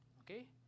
Okay